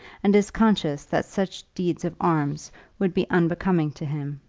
and is conscious that such deeds of arms would be unbecoming to him.